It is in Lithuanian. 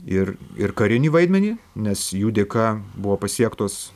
ir ir karinį vaidmenį nes jų dėka buvo pasiektos